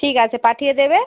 ঠিক আছে পাঠিয়ে দেবে